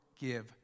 give